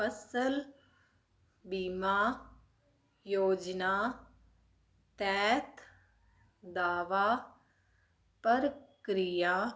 ਫਸਲ ਬੀਮਾ ਯੋਜਨਾ ਤਹਿਤ ਦਾਅਵਾ ਪ੍ਰਕਿਰਿਆ